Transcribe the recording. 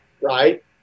right